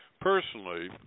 Personally